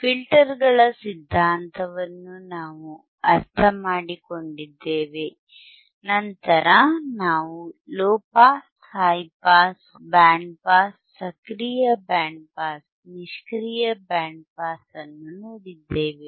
ಫಿಲ್ಟರ್ಗಳ ಸಿದ್ಧಾಂತವನ್ನು ನಾವು ಅರ್ಥಮಾಡಿಕೊಂಡಿದ್ದೇವೆ ನಂತರ ನಾವು low pass high pass band pass ಸಕ್ರಿಯ ಬ್ಯಾಂಡ್ ಪಾಸ್ ನಿಷ್ಕ್ರಿಯ ಬ್ಯಾಂಡ್ ಪಾಸ್ ಅನ್ನು ನೋಡಿದ್ದೇವೆ